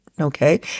Okay